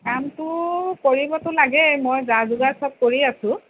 কামটো কৰিবটো লাগে মই যা যোগাৰ চব কৰি আছোঁ